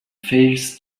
fails